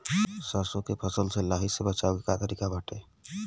सरसो के फसल से लाही से बचाव के का तरीका बाटे?